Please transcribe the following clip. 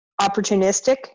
opportunistic